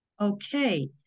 Okay